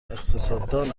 اقتصاددان